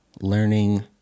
learning